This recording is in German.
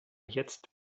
jetzt